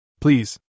Please